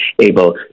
able